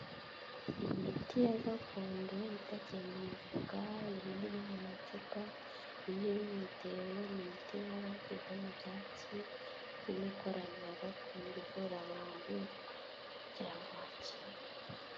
Imiti ya gakondo ipakiye mu mifuka, iyindi iri mu macupa, indi iri mu bitebo ni imiti iba yavuye mu byatsi. Ni imikorano ya gakondo ivura abantu kugira ngo bakire.